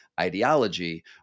ideology